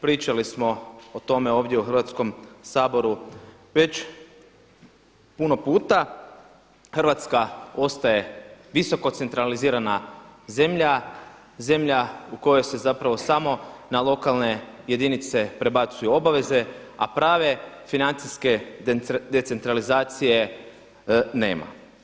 Pričali smo o tome ovdje u Hrvatskom saboru već puno puta Hrvatska ostaje visoko centralizirana zemlja, zemlja u kojoj se zapravo samo na lokalne jedinice prebacuju obaveze, a prave financijske decentralizacije nema.